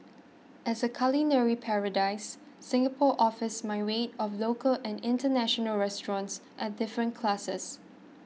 as a culinary paradise Singapore offers myriad of local and international restaurants at different classes